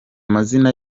mazina